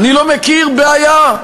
אני לא מכיר בעיה.